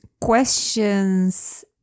questions